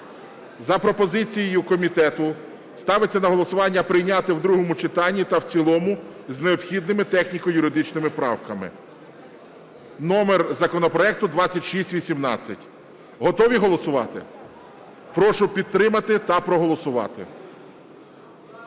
За пропозицією комітету ставиться на голосування прийняти в другому читанні та в цілому з необхідними техніко-юридичними правками, номер законопроекту 2618. Готові голосувати? Прошу підтримати та проголосувати.